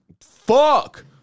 Fuck